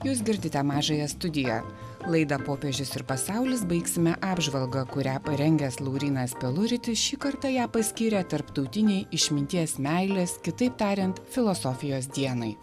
jūs girdite mažąją studiją laida popiežius ir pasaulis baigsime apžvalgą kurią parengęs laurynas peluritis šį kartą ją paskyrė tarptautinei išminties meilės kitaip tariant filosofijos dienai